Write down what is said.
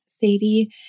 Sadie